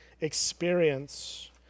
experience